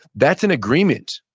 that's an agreement.